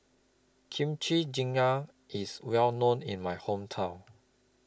Kimchi Jjigae IS Well known in My Hometown